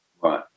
Right